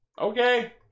Okay